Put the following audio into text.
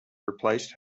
replaced